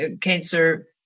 cancer